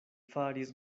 faris